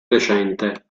recente